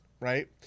right